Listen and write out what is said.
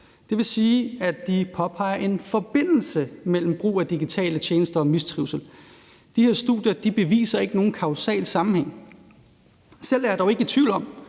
Det vil sige, at de påpeger en forbindelse mellem brug af digitale tjenester og mistrivsel. De her studier beviser ikke nogen kausal sammenhæng. Selv er jeg dog ikke i tvivl om,